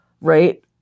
right